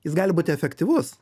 jis gali būti efektyvus